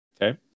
okay